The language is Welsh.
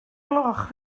gloch